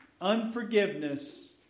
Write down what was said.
unforgiveness